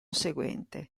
seguente